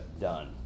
done